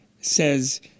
says